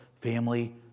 family